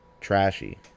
trashy